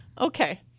Okay